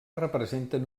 representen